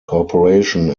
corporation